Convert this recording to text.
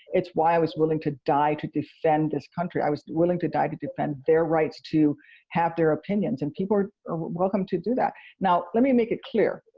it's why i was willing to die to defend this country. i was willing to die to defend their rights to have their opinions. and people are welcome to do that. now, let me make it clear.